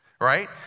right